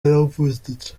yavunitse